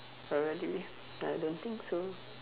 probably I don't think so